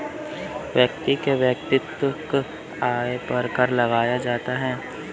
व्यक्ति के वैयक्तिक आय पर कर लगाया जाता है